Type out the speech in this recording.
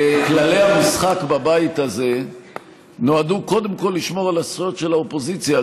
כללי המשחק בבית הזה נועדו קודם כול לשמור על הזכויות של האופוזיציה.